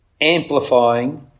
amplifying